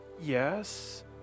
Yes